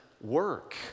work